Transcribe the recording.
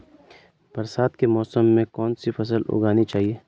बरसात के मौसम में कौन सी फसल उगानी चाहिए?